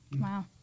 Wow